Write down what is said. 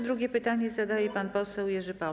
Drugie pytanie zadaje pan poseł Jerzy Paul.